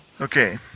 Okay